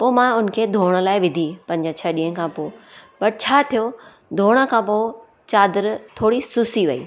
पोइ मां उनखे धोअण लाइ विधी पंज छह ॾींहं खां पोइ बट छा थियो धोअण खां पोइ चादरु थोरी सुसी वई